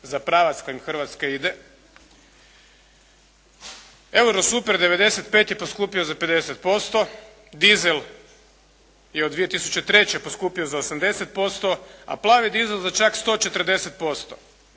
za pravac kojim Hrvatska ide, eurosuper 95 je poskupio za 50%, dizel je od 2003. poskupio za 80%, a plavi dizel za čak 140%.